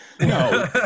No